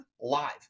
live